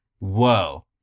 Whoa